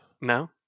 no